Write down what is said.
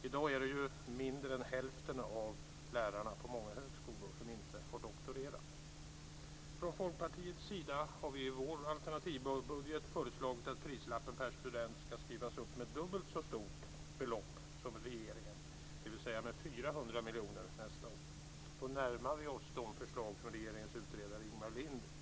I dag är det ju på många högskolor mindre än hälften av lärarna som har doktorerat. Från Folkpartiets sida har vi i vår alternativbudget föreslagit att prislappen per student nästa år ska skrivas upp med dubbelt så stort belopp som regeringen anslagit, dvs. med 400 miljoner. Då närmar vi oss de förslag som regeringens utredare Ingemar Lind presenterade.